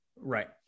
Right